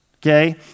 okay